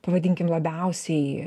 pavadinkim labiausiai